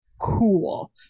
cool